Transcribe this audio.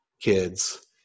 kids